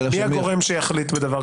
אנחנו מחכים לדעת מה קורה עם נציגי האוצר,